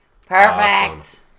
Perfect